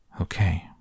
Okay